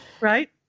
right